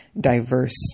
diverse